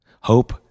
Hope